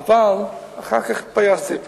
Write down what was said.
אבל אחר כך התפייסתי אתו.